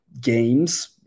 games